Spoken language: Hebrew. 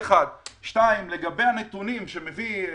לגבי הנתונים שמביא חברי,